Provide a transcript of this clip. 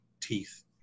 teeth